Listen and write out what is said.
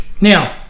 Now